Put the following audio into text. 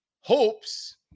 hopes